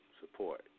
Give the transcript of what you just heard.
Support